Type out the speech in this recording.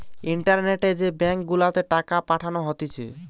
ইন্টারনেটে যে ব্যাঙ্ক গুলাতে টাকা পাঠানো হতিছে